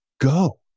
Go